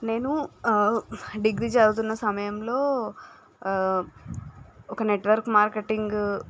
నేను డిగ్రీ చదువుతున్న సమయంలో ఒక నెట్వర్క్ మార్కెటింగ్